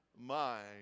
mind